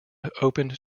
opened